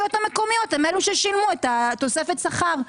הרשויות המקומיות הן אלו ששילמו את תוספת השכר.